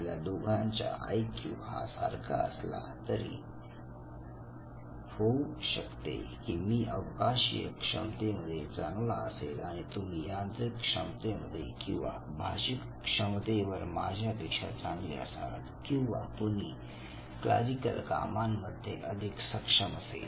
आपल्या दोघांच्या I Q हा सारखा असला तरी होऊ शकते कि मी अवकाशीय क्षमतेमध्ये चांगला असेल आणि तुम्ही यांत्रिक क्षमतेमध्ये किंवा भाषिक क्षमतेवर माझ्यापेक्षा चांगले असाल किंवा कुणी क्लरिकल कामांमध्ये अधिक सक्षम असेल